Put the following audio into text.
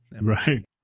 Right